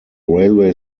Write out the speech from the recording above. railway